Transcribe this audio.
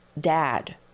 dad